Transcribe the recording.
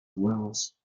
huevos